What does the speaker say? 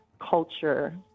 culture